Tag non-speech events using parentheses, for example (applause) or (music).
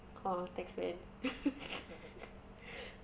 kau thanks man (laughs)